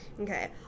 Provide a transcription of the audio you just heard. Okay